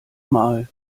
mal